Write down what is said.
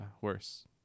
worse